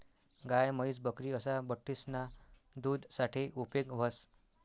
गाय, म्हैस, बकरी असा बठ्ठीसना दूध साठे उपेग व्हस